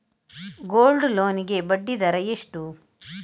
Gold loan ಗೆ ಬಡ್ಡಿ ದರ ಎಷ್ಟು?